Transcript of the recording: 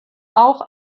auch